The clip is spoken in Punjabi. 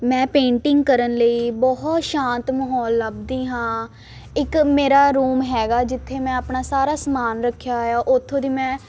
ਮੈਂ ਪੇਂਟਿੰਗ ਕਰਨ ਲਈ ਬਹੁਤ ਸ਼ਾਂਤ ਮਾਹੌਲ ਲੱਭਦੀ ਹਾਂ ਇੱਕ ਮੇਰਾ ਰੂਮ ਹੈਗਾ ਜਿੱਥੇ ਮੈਂ ਆਪਣਾ ਸਾਰਾ ਸਮਾਨ ਰੱਖਿਆ ਹੋਇਆ ਉੱਥੋਂ ਦੀ ਮੈਂ